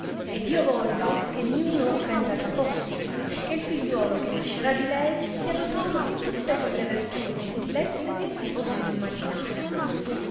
ed io voglio che niuno offender la possi e che figliuolo che nascerà di lei sia dotato di tutte quelle virtù e gentilezze che si possino imaginare